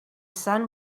sun